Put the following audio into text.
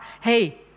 Hey